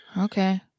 Okay